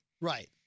right